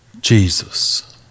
Jesus